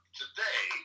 today